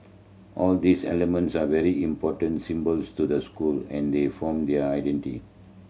all these elements are very important symbols to the school and they form their identity